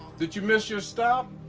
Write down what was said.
did you miss your stop?